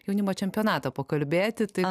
jaunimo čempionatą pakalbėti tai